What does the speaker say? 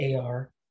AR